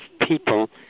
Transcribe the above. people